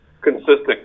consistent